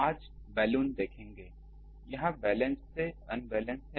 आज बलून देखेंगे यह बैलेंस से अनबैलेंस है